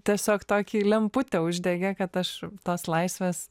tiesiog tokį lemputę uždegė kad aš tos laisvės